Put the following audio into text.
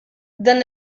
dan